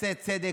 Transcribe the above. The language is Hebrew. עושה צדק,